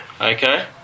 Okay